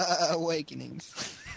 Awakenings